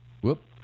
Whoop